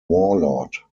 warlord